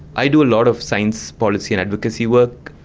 i do a lot of science policy and advocacy work,